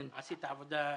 עשית עבודה מצוינת.